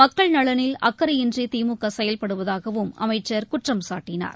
மக்கள் நலனில் அக்கறையின்றி திமுக செயல்படுவதாகவும் அமைச்சர் குற்றம் சாட்டினார்